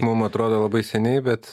mum atrodo labai seniai bet